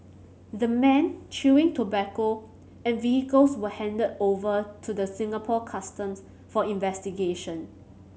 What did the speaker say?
the men chewing tobacco and vehicles were handed over to the Singapore Customs for investigation